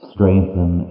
Strengthen